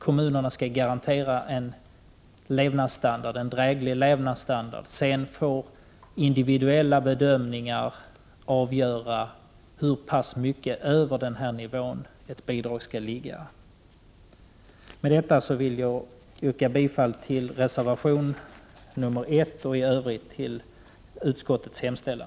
Kommunerna skall garantera en dräglig levnadsstandard, sedan får individuella bedömningar avgöra hur mycket över denna nivå ett bidrag skall ligga. Med detta vill jag yrka bifall till reservation nr 1 och i övrigt till utskottets hemställan.